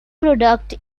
product